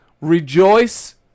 rejoice